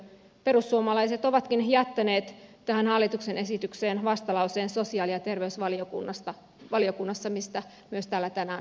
perussuomalaiset ovatkin jättäneet tähän hallituksen esitykseen vastalauseen sosiaali ja terveysvaliokunnassa mistä myös täällä tänään puhutaan